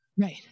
Right